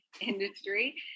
industry